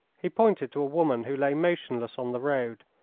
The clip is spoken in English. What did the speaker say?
he pointed to a woman who lay motionless on the road,